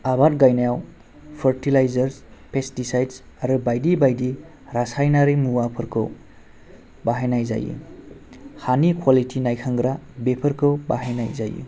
आबाद गायनायाव fertiliser pesticides आरो बायदि बायदि रासायनारि मुवाफोरखौ बाहायनाय जायो हानि कुवालिथि नायखांग्रा बेफोरखौ बाहायनाय जायो